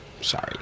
Sorry